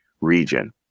region